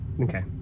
Okay